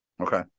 Okay